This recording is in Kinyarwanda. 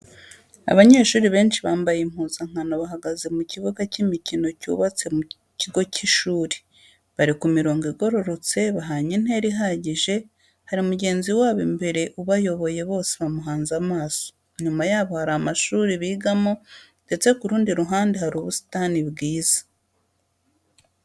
Abanyeshuri benshi bambaye impuzankano bahagaze mu kibuga cy'imikino cyubatse mu kigo cy'ishuri, bari ku mirongo igororotse bahanye intera ihagije hari mugenzi wabo imbere ubayoboye bose bamuhanze amaso, inyuma yabo hari amashuri bigamo ndetse ku rundi ruhande hari ubusitani bwiza.